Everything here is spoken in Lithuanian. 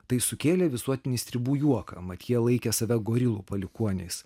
tai sukėlė visuotinį stribų juoką mat jie laikė save gorilų palikuoniais